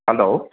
hello